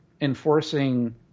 enforcing